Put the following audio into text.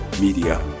media